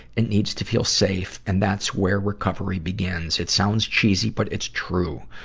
it need to feel safe, and that's where recovery begins. it sounds cheesy, but it's true.